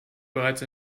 bereits